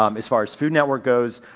um as far as food network goes,